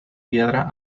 piedra